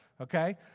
okay